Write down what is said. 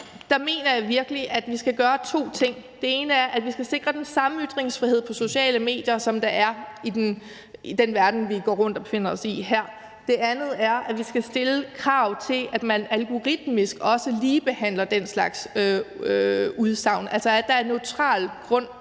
Der mener jeg virkelig, at vi skal gøre to ting. Den ene er, at vi skal sikre den samme ytringsfrihed på sociale medier, som der er i den verden, vi går rundt i og befinder os i her. Den anden er, at vi skal stille krav til, at man algoritmisk også ligebehandler den slags udsagn, altså at der er neutral grund,